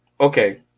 Okay